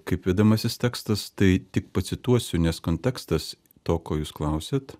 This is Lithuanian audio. kaip vedamasis tekstas tai tik pacituosiu nes kontekstas to ko jūs klausiat